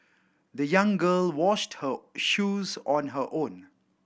the young girl washed her shoes on her own